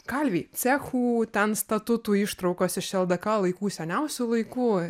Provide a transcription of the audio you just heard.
kalviai cechų ten statutų ištraukos iš ldk laikų seniausių laikų